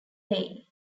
leigh